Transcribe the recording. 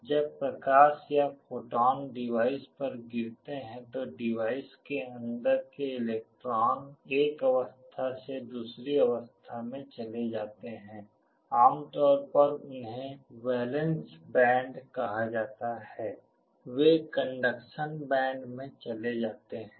जब प्रकाश या फोटॉन डिवाइस पर गिरते हैं तो डिवाइस के अंदर के इलेक्ट्रॉन एक अवस्था से दूसरी अवस्था में चले जाते हैं आमतौर पर उन्हें वैलेंस बैंड कहा जाता है वे कंडक्शन बैंड में चले जाते हैं